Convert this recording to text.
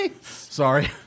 sorry